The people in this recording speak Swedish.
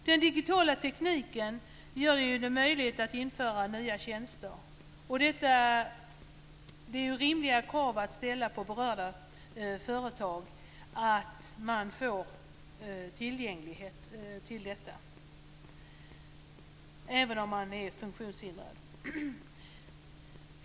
Den digitala tekniken gör det möjligt att införa nya tjänster. Det är rimliga krav att ställa på berörda företag att även funktionshindrade får tillgång till detta.